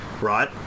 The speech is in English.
right